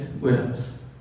widows